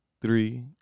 three